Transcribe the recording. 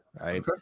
Right